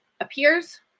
appears